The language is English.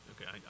Okay